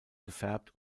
gefärbt